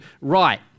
right